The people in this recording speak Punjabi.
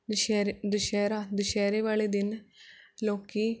ਦੁਸਹਿਰੇ ਦੁਸਹਿਰਾ ਦੁਸਹਿਰੇ ਵਾਲੇ ਦਿਨ ਲੋਕ